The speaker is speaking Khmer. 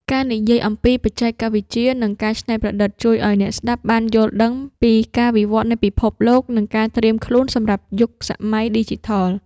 ការនិយាយអំពី បច្ចេកវិទ្យា និងការច្នៃប្រឌិត ជួយឱ្យអ្នកស្ដាប់បានយល់ដឹងពីការវិវត្តនៃពិភពលោក និងការត្រៀមខ្លួនសម្រាប់យុគសម័យឌីជីថល។